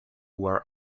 wear